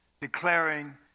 declaring